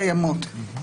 קיימות.